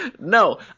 No